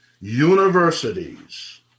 universities